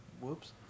Whoops